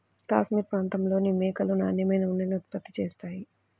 cashmere ప్రాంతంలోని మేకలు నాణ్యమైన ఉన్నిని ఉత్పత్తి చేస్తాయి